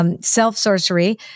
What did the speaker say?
Self-Sorcery